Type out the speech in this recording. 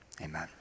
Amen